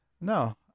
no